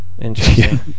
Interesting